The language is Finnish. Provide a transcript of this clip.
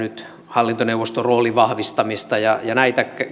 hallintoneuvoston roolin vahvistamista ja ja näitä